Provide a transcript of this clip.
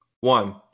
one